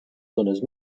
zones